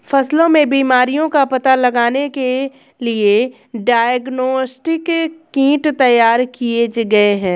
फसलों में बीमारियों का पता लगाने के लिए डायग्नोस्टिक किट तैयार किए गए हैं